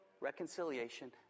reconciliation